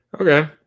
Okay